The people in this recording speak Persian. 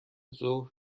ظهر